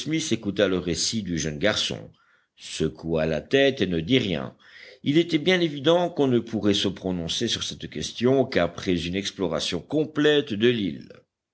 écouta le récit du jeune garçon secoua la tête et ne dit rien il était bien évident qu'on ne pourrait se prononcer sur cette question qu'après une exploration complète de l'île